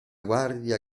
guardia